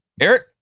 Eric